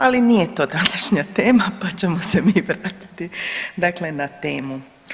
Ali nije to današnja tema, pa ćemo se mi vratiti, dakle na temu.